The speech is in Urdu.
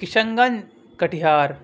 کشن گنج کٹھیار